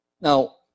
Now